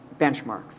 benchmarks